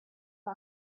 for